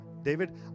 David